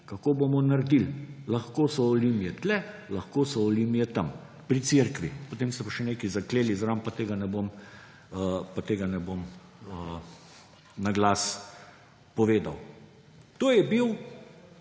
kako bomo naredili. Lahko so Olimie tukaj, lahko so Olimie tam, pri cerkvi.« Potem ste pa še nekaj zakleli zraven, pa tega ne bom na glas povedal. To je bil